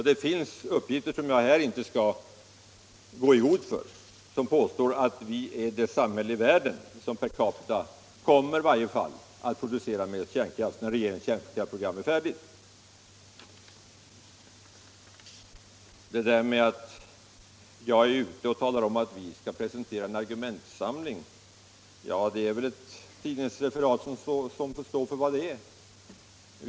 Det finns uppgifter, som jag här inte skall gå i god för, enligt vilka vi är det samhälle som kommer att producera mest kärnkraft per capita i världen när regeringens kärnkraftsprogram är färdigt. Uppgiften om att jag gått ut och talat om att centern skall presentera en argumentsamling är väl hämtad från något tidningsreferat och får stå för vad den är värd.